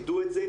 תדעו את זה,